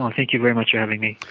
um thank you very much for having me.